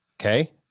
Okay